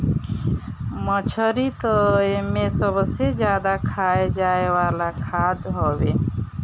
मछरी तअ एमे सबसे ज्यादा खाए जाए वाला खाद्य हवे